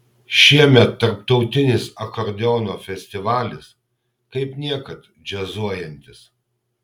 šiemet tarptautinis akordeono festivalis kaip niekad džiazuojantis